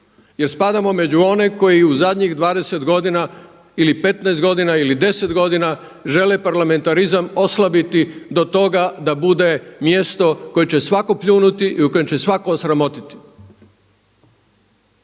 jer spadamo među one koji u zadnjih 20 godina ili 15 godina ili 10 godina žele parlamentarizam oslabiti do toga da bude mjesto koje će svako pljunuti i koje će svatko osramotiti.